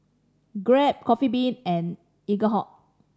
Grab Coffee Bean and Eaglehawk